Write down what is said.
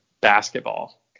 basketball